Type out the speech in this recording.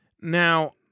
Now